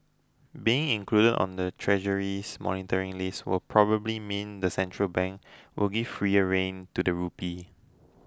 being included on the Treasury's monitoring list will probably mean the central bank will give freer rein to the rupee